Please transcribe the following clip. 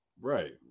Right